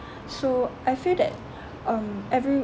so I feel that um every